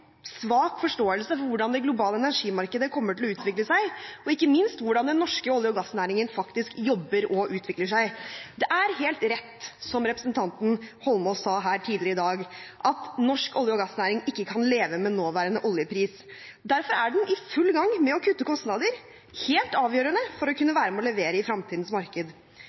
svak forståelse for hvordan det globale energimarkedet kommer til å utvikle seg, og ikke minst hvordan den norske olje- og gassnæringen faktisk jobber og utvikler seg. Det er helt rett, som representanten Eidsvoll Holmås sa her tidligere i dag, at norsk olje- og gassnæring ikke kan leve med nåværende oljepris. Derfor er den i full gang med å kutte kostnader. Det er helt avgjørende for å kunne være med og levere i fremtidens marked.